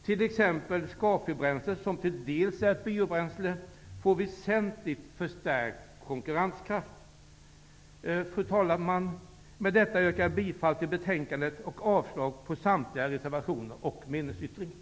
T.ex. får scafibränslet -- som delvis är biobaserat väsentligt förstärkt konkurrenskraft. Fru talman! Med detta yrkar jag bifall till utskottets hemställan i skatteutskottets betänkande samt avslag på samtliga reservationer och meningsyttringen.